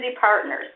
partners